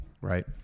right